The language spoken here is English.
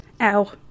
ow